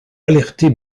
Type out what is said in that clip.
alerter